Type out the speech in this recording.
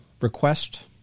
request